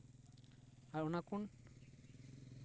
ᱟᱨ ᱚᱱᱟ ᱠᱷᱚᱱ